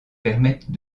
permettent